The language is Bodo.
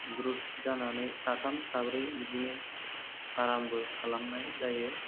ग्रुप जानानै साथाम साब्रै बिदिनो फार्मबो खालामनाय जायो